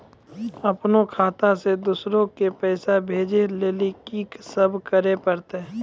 अपनो खाता से दूसरा के पैसा भेजै लेली की सब करे परतै?